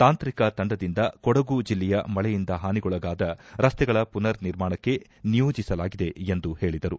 ತಾಂತ್ರಿಕ ತಂಡದಿಂದ ಕೊಡಗು ಜಿಲ್ಲೆಯ ಮಳೆಯಿಂದ ಹಾನಿಗೊಳಗಾದ ರಸ್ತೆಗಳ ಪುನರ್ ನಿರ್ಮಾಣಕ್ಕೆ ನಿಯೋಜಿಸಲಾಗಿದೆ ಎಂದು ಹೇಳಿದರು